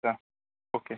okay